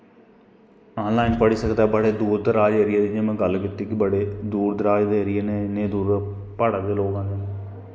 on line पढ़ी सकदा बड़े दूर दराज़ एरिया दी जियां में गल्ल कीती बड़े दूर दराज़ दे एरिये न इन्ने दूर प्हाड़ा दे लोग आंदे नै